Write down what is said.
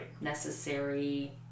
necessary